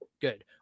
good